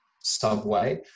subway